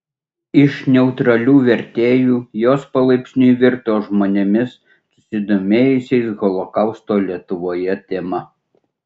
iš neutralių vertėjų jos palaipsniui virto žmonėmis susidomėjusiais holokausto lietuvoje tema